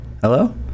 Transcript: Hello